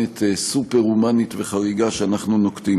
הסופר-הומנית וחריגה שאנחנו נוקטים.